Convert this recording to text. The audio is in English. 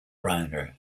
browner